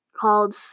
called